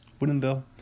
Woodinville